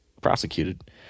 prosecuted